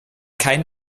kein